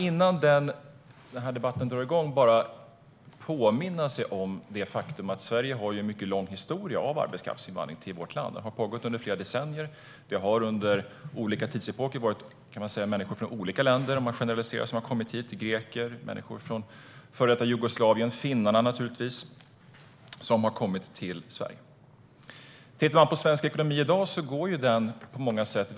Innan debatten drar igång vill jag påminna om att Sverige har en mycket lång historia av arbetskraftsinvandring. Den har pågått under flera decennier. Det har, om man generaliserar, kommit människor till Sverige från olika länder under olika tidsepoker - från Grekland, före detta Jugoslavien och naturligtvis Finland. Om man tittar på svensk ekonomi i dag kan man se att den går bra på många sätt.